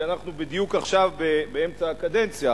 כי אנחנו בדיוק עכשיו באמצע הקדנציה.